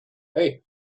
hey